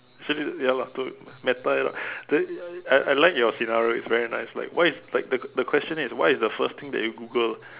so ya lah do meta lah then I I like your scenario it's very nice like why if like the the question is what is the first thing that you Google